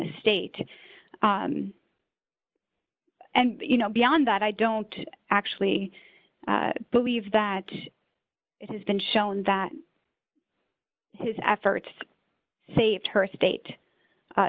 estate and you know beyond that i don't actually believe that it has been shown that his efforts saved her state